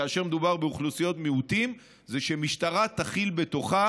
כאשר מדובר באוכלוסיות מיעוטים זה שמשטרה תכיל בתוכה